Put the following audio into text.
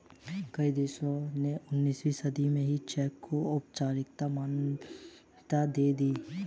कई देशों ने उन्नीसवीं सदी में ही चेक को औपचारिक मान्यता दे दी